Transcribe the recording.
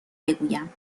بگویم